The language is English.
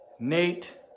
Nate